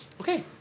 okay